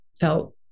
felt